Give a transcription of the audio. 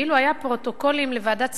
ואילו היו פרוטוקולים לוועדת שרים,